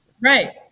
Right